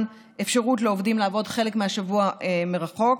אפשרות לעובדים לעבוד חלק מהשבוע מרחוק,